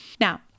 Now